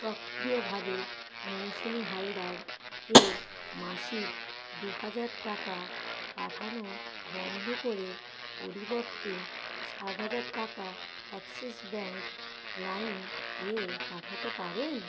সক্রিয়ভাবে মৌসুমি হালদারকে মাসিক দুহাজার টাকা পাঠানো বন্ধ করে পরিবর্তে ষাট হাজার টাকা অ্যাক্সিস ব্যাঙ্ক লাইমে পাঠাতে পারেন